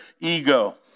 ego